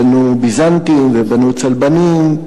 בנו ביזנטים ובנו צלבנים.